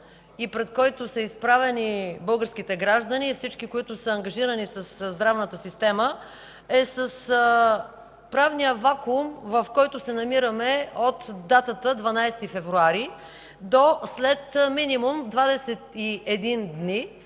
пред който са изправени българските граждани и всички, които са ангажирани със здравната система, е с правния вакуум, в който се намираме от датата 12 февруари до минимум след